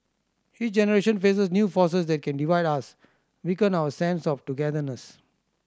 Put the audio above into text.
each generation faces new forces that can divide us weaken our sense of togetherness